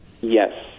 Yes